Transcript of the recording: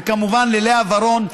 וכמובן ללאה ורון,